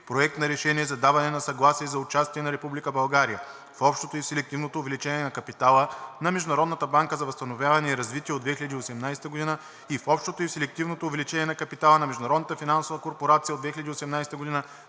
Проект на решение за даване на съгласие за участие на Република България в Общото и в Селективното увеличение на капитала на Международната банка за възстановяване и развитие от 2018 г. и в Общото и в Селективното увеличение на капитала на Международната